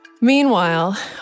Meanwhile